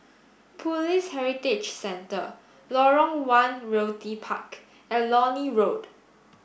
Police Heritage Centre Lorong one Realty Park and Lornie Road